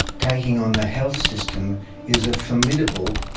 taking on the health system is a formidable,